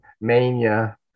mania